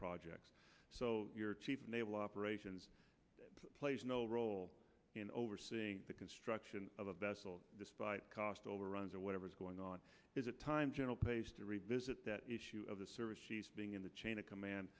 project so your chief of naval operations that plays no role in overseeing the construction of a vessel despite cost overruns or whatever is going on is it time general pace to revisit that issue of the service chiefs being in the chain of command